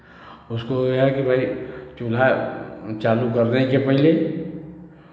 उसको यह है कि भाई चूल्हा चालू करने के पहिले